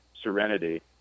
serenity